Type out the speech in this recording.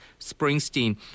Springsteen